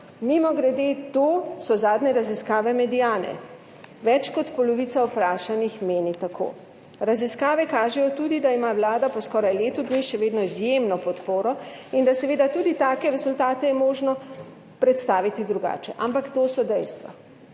Mimogrede, to so zadnje raziskave Mediane, več kot polovica vprašanih meni tako. Raziskave kažejo tudi, da ima vlada po skoraj letu dni še vedno izjemno podporo in da je seveda tudi take rezultate možno predstaviti drugače, ampak to so dejstva